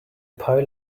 pile